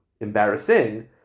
embarrassing